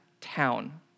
town